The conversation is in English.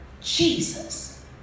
Jesus